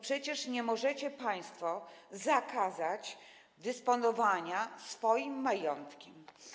Przecież nie możecie państwo zakazać ludziom dysponowania swoim majątkiem.